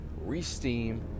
re-steam